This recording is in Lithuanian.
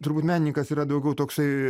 turbūt menininkas yra daugiau toksai